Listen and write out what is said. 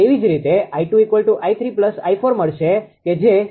તેવી જ રીતે 𝐼2 𝑖3 𝑖4 મળશે કે જે 0